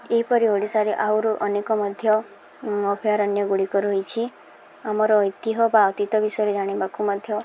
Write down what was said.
ଏହିପରି ଓଡ଼ିଶାରେ ଆହୁରୁ ଅନେକ ମଧ୍ୟ ଅଭୟାରଣ୍ୟ ଗୁଡ଼ିକ ରହିଛି ଆମର ଐତିହ୍ୟ ବା ଅତୀତ ବିଷୟରେ ଜାଣିବାକୁ ମଧ୍ୟ